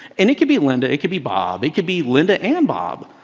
and it could be linda. it could be bob. it could be linda and bob.